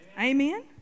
Amen